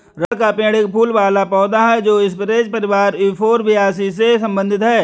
rubber का पेड़ एक फूल वाला पौधा है जो स्परेज परिवार यूफोरबियासी से संबंधित है